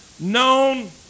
Known